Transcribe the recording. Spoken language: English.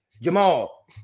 Jamal